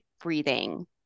breathing